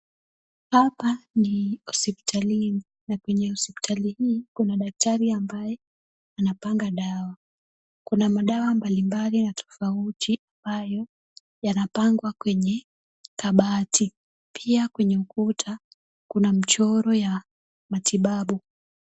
Hapa ni hospitalini na kwenye hospitali hii kuna daktari ambaye anapanga dawa. Kuna madawa mbalimbali na tofauti ambayo yanapangwa kwenye kabati. Pia kwenye ukuta, kuna mchoro wa matibabu.